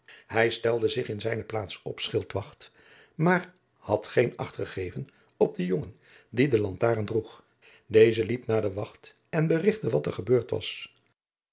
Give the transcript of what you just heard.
hij stelde zich in zijne plaats op schildwacht maar hij had geen acht gegeven op den jongen die de lantaarn droeg deze liep naar de wacht en berigtte wat er gebeurd was